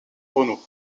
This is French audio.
renault